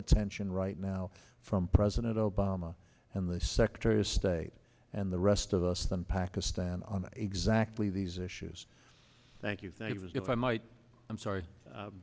attention right now from president obama and the secretary of state and the rest of us than pakistan on exactly these issues thank you think it was if i might i'm sorry